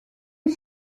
est